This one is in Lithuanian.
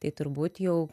tai turbūt jau